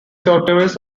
territories